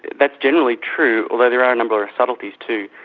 that's generally true, although there are a number of subtleties too,